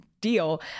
deal